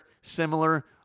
similar